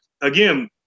again